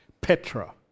Petra